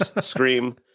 Scream